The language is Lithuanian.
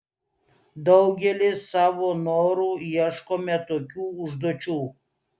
daugelis savo noru ieškome tokių užduočių